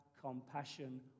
compassion